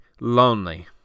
lonely